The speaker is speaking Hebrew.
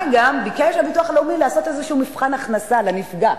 מה גם שביקש הביטוח הלאומי לעשות איזה מבחן הכנסה לנפגע.